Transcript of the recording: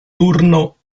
turno